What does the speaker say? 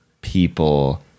people